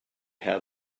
how